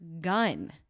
gun